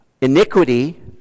iniquity